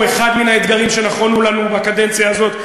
אחד מן האתגרים שנכונו לנו בקדנציה הזאת.